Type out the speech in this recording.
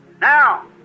Now